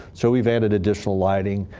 so we've added additional lighting,